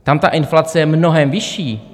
Tam ta inflace je mnohem vyšší.